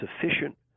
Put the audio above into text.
sufficient